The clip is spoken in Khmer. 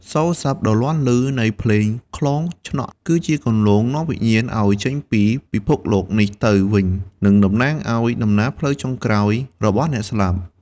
សូរសព្ទដ៏លាន់ឮនៃភ្លេងខ្លងឆ្នក់ គឺជាគន្លងនាំវិញ្ញាណឲ្យចេញពីពិភពលោកនេះទៅវិញ និងតំណាងឲ្យដំណើរផ្លូវចុងក្រោយរបស់អ្នកស្លាប់។